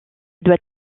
doit